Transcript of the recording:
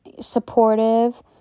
supportive